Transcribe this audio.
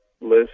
list